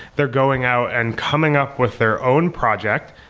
they're going out and coming up with their own project,